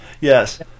Yes